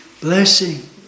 blessing